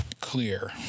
clear